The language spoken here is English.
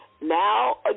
now